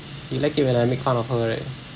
you like it when I make fun of her right